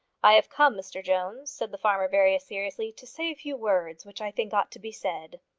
i have come, mr jones, said the farmer very seriously, to say a few words which i think ought to be said.